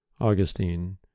Augustine